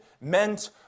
meant